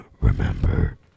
remember